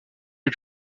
les